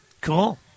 Cool